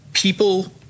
people